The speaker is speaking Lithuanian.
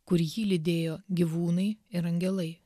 kur jį lydėjo gyvūnai ir angelai